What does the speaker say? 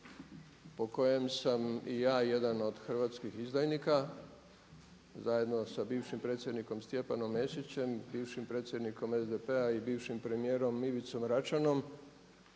po kojem sam i ja jedan od hrvatskih izdajnika zajedno sa bivšim predsjednikom Stjepanom Mesićem, bivšim predsjednikom SDP-a i bivšim premijerom Ivicom Račanom,